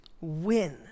win